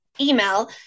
email